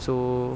so